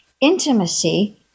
Intimacy